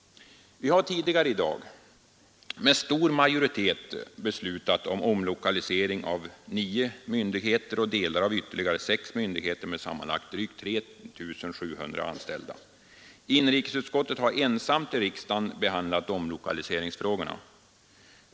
Vi har tidigare i dag med stor majoritet i riksdagen beslutat om omlokalisering av nio myndigheter och delar av ytterligare sex myndigheter med sammanlagt drygt 3 700 anställda. Inrikesutskottet har ensamt i riksdagen behandlat omlokaliseringsfrågorna.